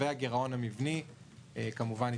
והגירעון המבני התרחב.